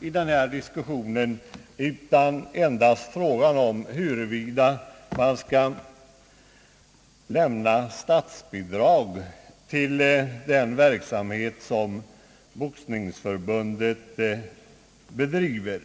i denna diskussion utan endast är fråga om huruvida man skall lämna statsbidrag till den verksamhet som Boxningsförbundet bedriver.